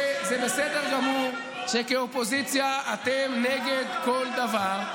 זה בסדר גמור שכאופוזיציה אתם נגד כל דבר,